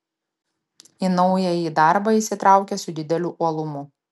į naująjį darbą įsitraukė su dideliu uolumu